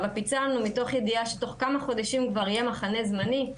אבל פיצלנו תוך ידיעה שבתוך כמה חודשים יהיה מחנה זמני.